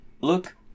look